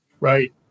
Right